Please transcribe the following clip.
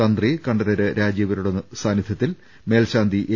തന്ത്രി കണ്ഠരര് രാജീവരുടെ സാന്നിധ്യത്തിൽ മേൽശാന്തി എ